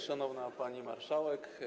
Szanowna Pani Marszałek!